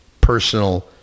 personal